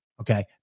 Okay